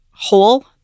Whole